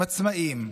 שהם עצמאים,